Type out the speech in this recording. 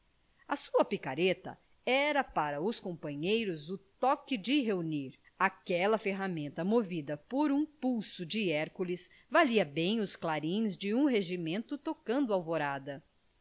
a sua picareta era para os companheiros o toque de reunir aquela ferramenta movida por um pulso de hércules valia bem os clarins de um regimento tocando alvorada